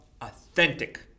authentic